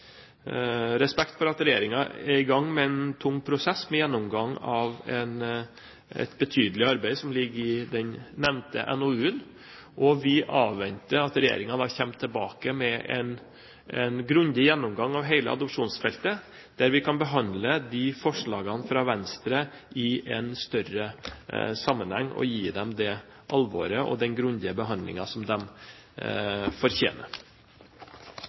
respekt for at regjeringen er i gang med en tung prosess med gjennomgang av et betydelig arbeid som ligger i den nevnte NOU-en, og vi avventer at regjeringen kommer tilbake med en grundig gjennomgang av hele adopsjonsfeltet der vi kan behandle de forslagene fra Venstre i en større sammenheng og gi dem det alvoret og den grundige behandlingen som de fortjener.